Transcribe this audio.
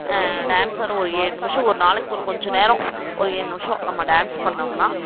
dance ஆட ஒரு ஏழு நிமிஷம் ஒரு நாளைக்கு ஒரு கொஞ்சம் நேரம் ஒரு ஏழு நிமிஷம் நம்ம டான்ஸ் பண்ணோம்னா